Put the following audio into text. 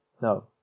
No